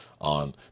on